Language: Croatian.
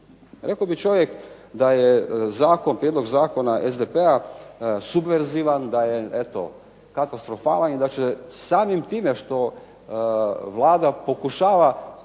Rekao bi čovjek da je zakon, prijedlog zakona SDP-a subverzivan, da je eto katastrofalan i da će samim time što Vlada pokušava